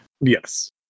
Yes